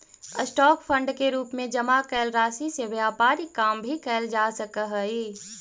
stock fund के रूप में जमा कैल राशि से व्यापारिक काम भी कैल जा सकऽ हई